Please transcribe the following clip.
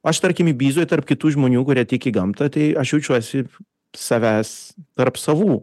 aš tarkim ibizoj tarp kitų žmonių kurie tiki gamta tai aš jaučiuosi savęs tarp savų